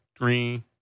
Three